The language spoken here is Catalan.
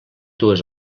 dues